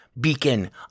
beacon